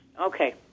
Okay